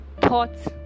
thoughts